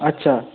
আচ্ছা